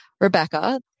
Rebecca